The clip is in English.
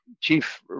chief